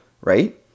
right